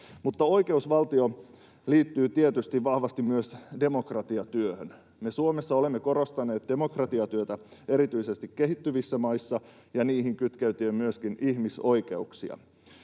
Oikeusvaltio liittyy tietysti vahvasti myös demokratiatyöhön. Me Suomessa olemme korostaneet demokratiatyötä erityisesti kehittyvissä maissa ja niihin kytkeytyen myöskin ihmisoikeuksia.